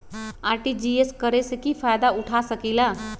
RTGS करे से की फायदा उठा सकीला?